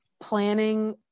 planning